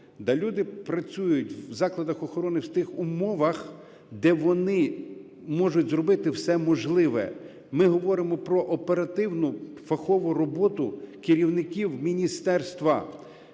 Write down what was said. люди працюють в закладах охорони в тих умовах, де вони можуть зробити все можливе, ми говоримо про оперативну фахову роботу керівників міністерства.